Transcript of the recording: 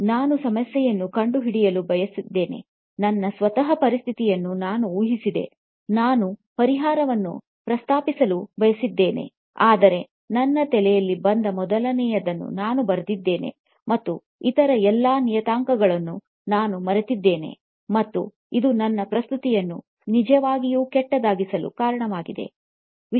ನಾನು ಸಮಸ್ಯೆಯನ್ನು ಕಂಡುಹಿಡಿಯಲು ಬಯಸಿದ್ದೆ ನನ್ನ ಸ್ವಂತ ಪರಿಸ್ಥಿತಿಯನ್ನು ನಾನು ಊಹಿಸಿದೆ ನಾನು ಪರಿಹಾರವನ್ನು ಪ್ರಸ್ತಾಪಿಸಲು ಬಯಸಿದ್ದೇನೆ ಆದರೆ ನನ್ನ ತಲೆಯಲ್ಲಿ ಬಂದ ಮೊದಲನೆಯದನ್ನು ನಾನು ಬರೆದಿದ್ದೇನೆ ಮತ್ತು ಇತರ ಎಲ್ಲ ನಿಯತಾಂಕಗಳನ್ನು ನಾನು ಮರೆತಿದ್ದೇನೆ ಮತ್ತು ಇದು ನನ್ನ ಪ್ರಸ್ತುತಿಯನ್ನು ನಿಜವಾಗಿಯೂ ಕೆಟ್ಟದಾಗಿಸಲು ಕಾರಣವಾಯಿತು